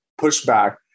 pushback